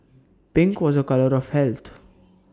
pink was A colour of health